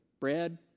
bread